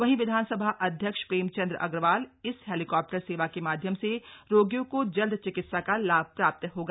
वहीं विधानसभा अध्यक्ष प्रेमचन्द अग्रवाल इस हेलीकॉप्टर सेवा के माध्यम से रोगियों को जल्द चिकित्सा का लाभ प्राप्त होगा